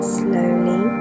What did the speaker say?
slowly